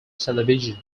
television